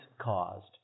caused